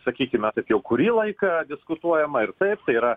sakykime jau kurį laiką diskutuojama ir taip tai yra